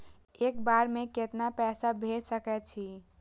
एक बार में केतना पैसा भेज सके छी?